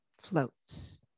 floats